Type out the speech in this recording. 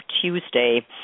Tuesday